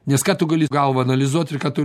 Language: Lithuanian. nes ką tu gali galva analizuot ir ką tu